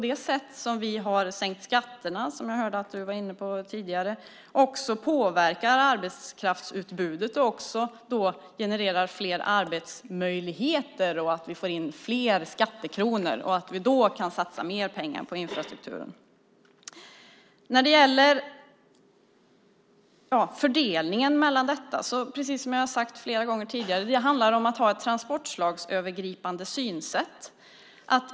Det sätt som vi har sänkt skatterna på, som jag hörde att du var inne på tidigare, påverkar arbetskraftsutbudet och genererar flera arbetsmöjligheter. Vi får in fler skattekronor, och då kan vi satsa mer pengar på infrastrukturen. När det gäller fördelningen handlar det, som jag har sagt flera gånger tidigare, om att ha ett transportslagsövergripande synsätt.